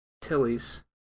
Tilly's